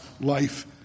life